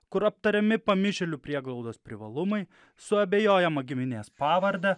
kur aptariami pamišėlių prieglaudos privalumai suabejojama giminės pavarde